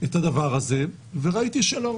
את הדבר הזה, וראיתי שלא.